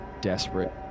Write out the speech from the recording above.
desperate